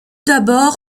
d’abord